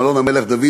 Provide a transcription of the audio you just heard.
מלון "המלך דוד",